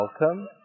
Welcome